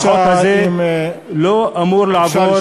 החוק הזה לא אמור לעבור,